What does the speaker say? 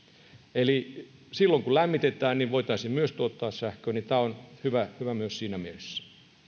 eli silloin kun lämmitetään voitaisiin myös tuottaa sähköä ja tämä on hyvä hyvä myös siinä mielessä